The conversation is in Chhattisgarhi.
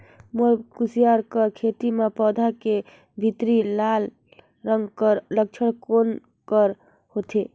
मोर कुसियार कर खेती म पौधा के भीतरी लाल रंग कर लक्षण कौन कर होथे?